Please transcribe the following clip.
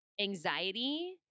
anxiety